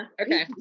Okay